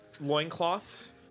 loincloths